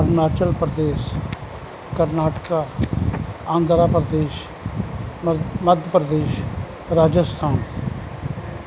Arunachal Pradesh Karnataka Andhra Pradesh Madhya Pradesh Rajasthan